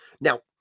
Now